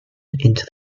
into